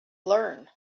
learn